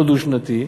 לא דו-שנתי,